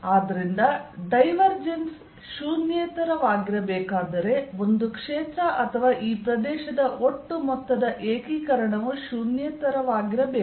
ಆದ್ದರಿಂದ ಡೈವರ್ಜೆನ್ಸ್ ಶೂನ್ಯೇತರವಾಗಿರಬೇಕಾದರೆ ಒಂದು ಕ್ಷೇತ್ರ ಅಥವಾ ಈ ಪ್ರದೇಶದ ಒಟ್ಟು ಮೊತ್ತದ ಏಕೀಕರಣವು ಶೂನ್ಯೇತರವಾಗಿರಬೇಕು